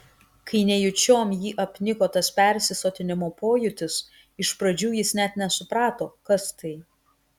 kai nejučiom jį apniko tas persisotinimo pojūtis iš pradžių jis net nesuprato kas tai